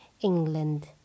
England